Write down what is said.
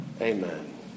Amen